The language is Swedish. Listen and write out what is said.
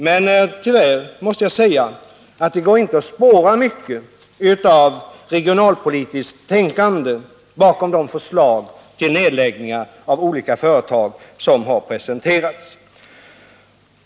men tyvärr måste jag säga att det inte går att spåra mycket av regionalpolitiskt tänkande bakom de förslag till nedläggningar av olika företag som har presenterats.